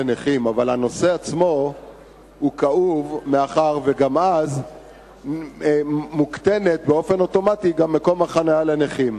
אבל הנושא עצמו כאוב מאחר שכך מוקטן באופן אוטומטי מקום החנייה לנכים.